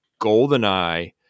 GoldenEye